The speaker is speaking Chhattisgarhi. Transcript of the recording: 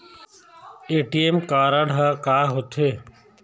ए.टी.एम कारड हा का होते?